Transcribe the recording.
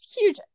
huge